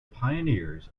pioneers